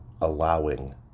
allowing